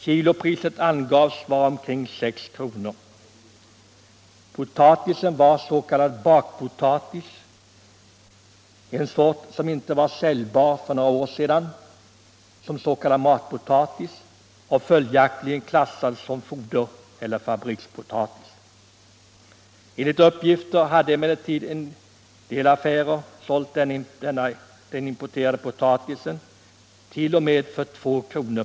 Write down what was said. Kilopriset angavs vara omkring 6 kr. Potatisen var s.k. bakpotatis, en sort som för några år sedan inte var säljbar som s.k. matpotatis och följaktligen klassades som fodereller fabrikspotatis. Enligt uppgifter hade emellertid en del affärer t.o.m. sålt den importerade potatisen för 2 kr.